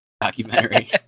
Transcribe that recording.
documentary